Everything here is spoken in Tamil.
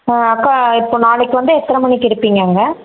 அக்கா இப்போது நாளைக்கு வந்தால் எத்தனை மணிக்கு இருப்பீங்க அங்கே